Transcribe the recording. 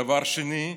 דבר שני,